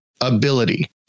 ability